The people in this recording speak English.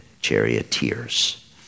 charioteers